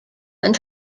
and